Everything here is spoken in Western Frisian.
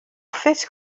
fisk